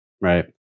Right